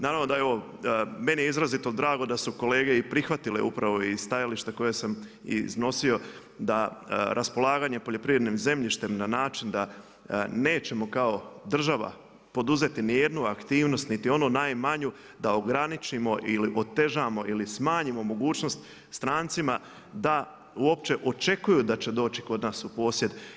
Naravno da je ovo, meni je izrazito drago da su kolege i prihvatile upravo i stajalište koje sam iznosio da raspolaganje poljoprivrednim zemljištem na način da nećemo kao država poduzeti niti jednu aktivnost niti onu najmanju da ograničimo ili otežamo ili smanjimo mogućnost strancima da uopće očekuju da će doći kod nas u posjed.